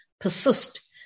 persist